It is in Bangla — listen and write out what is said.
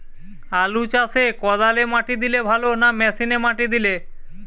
আলু চাষে কদালে মাটি দিলে ভালো না মেশিনে মাটি দিলে?